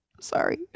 sorry